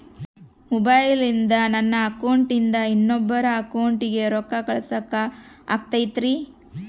ಮೊಬೈಲಿಂದ ನನ್ನ ಅಕೌಂಟಿಂದ ಇನ್ನೊಬ್ಬರ ಅಕೌಂಟಿಗೆ ರೊಕ್ಕ ಕಳಸಾಕ ಆಗ್ತೈತ್ರಿ?